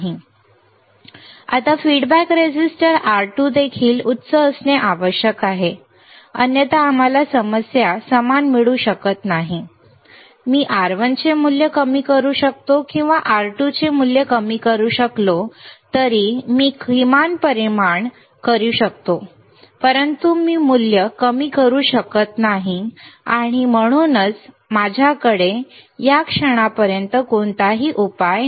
आता feedback resistor R2 देखील उच्च असणे आवश्यक आहे अन्यथा आम्हाला समान समस्या मिळू शकत नाही मी R1 चे मूल्य कमी करू शकतो किंवा R2 चे मूल्य कमी करू शकलो तर मी किमान परिणाम करू शकतो परंतु मी मूल्य कमी करू शकत नाही आणि म्हणूनच माझ्याकडे या क्षणापर्यंत कोणताही उपाय नाही